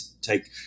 take